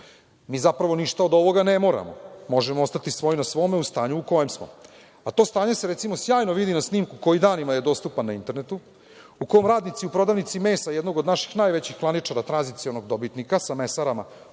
Zapravo, mi ništa od ovoga ne moramo. Možemo ostati svoj na svome, u stanju u kojem smo, a to stanje se sjajno vidi na snimku koji je danima dostupan na internetu gde radnici u prodavnici mesa, jednog od naših najvećih klaničara, tranzicionog dobitnika, sa mesarama